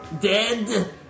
dead